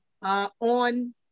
On